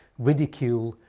ridicule,